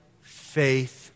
faith